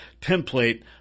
template